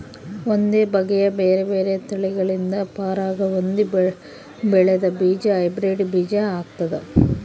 ಒಂದೇ ಬಗೆಯ ಬೇರೆ ಬೇರೆ ತಳಿಗಳಿಂದ ಪರಾಗ ಹೊಂದಿ ಬೆಳೆದ ಬೀಜ ಹೈಬ್ರಿಡ್ ಬೀಜ ಆಗ್ತಾದ